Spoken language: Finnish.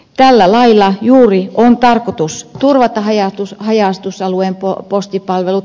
tällä lailla juuri on tarkoitus turvata haja asutusalueen postipalvelut